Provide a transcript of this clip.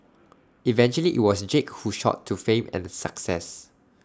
eventually IT was Jake who shot to fame and success